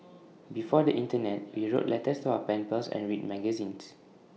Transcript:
before the Internet we wrote letters to our pen pals and read magazines